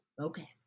Okay